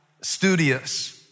studious